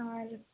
ଆରୁ